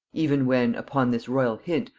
even when, upon this royal hint,